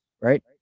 right